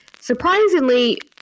surprisingly